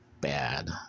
bad